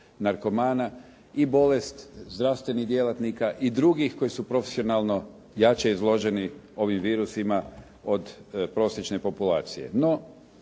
narkomana i bolest zdravstvenih djelatnika i drugih koji su profesionalno jače izloženih ovim virusima od prosječne populacije.